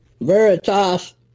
Veritas